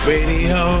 Radio